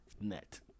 net